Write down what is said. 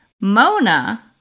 Mona